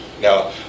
Now